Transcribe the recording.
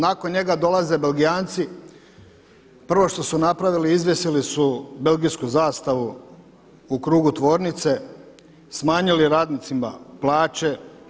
Nakon njega dolaze Belgijanci, prvo što su napravili izvjesili su belgijsku zastavu u krugu tvornice, smanjili radnicima plaće.